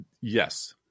Yes